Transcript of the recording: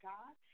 God